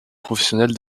professionnelle